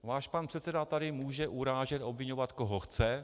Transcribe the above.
Váš pan předseda tady může urážet, obviňovat, koho chce.